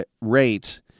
rate